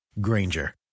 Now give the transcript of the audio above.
granger